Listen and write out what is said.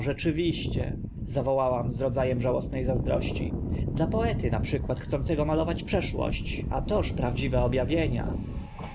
rzeczywiście zawołałam z rodza em żałosne zazdrości dla poety na przykład chcącego malować przeszłość a toż prawdziwe ob awienia